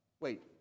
wait